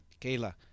Kayla